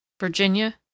Virginia